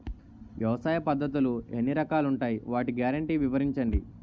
వ్యవసాయ పద్ధతులు ఎన్ని రకాలు ఉంటాయి? వాటి గ్యారంటీ వివరించండి?